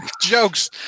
jokes